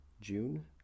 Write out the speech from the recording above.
June